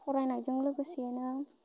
फरायनायजों लोगोसेनो